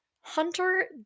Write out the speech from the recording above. Hunter